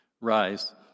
Rise